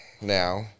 now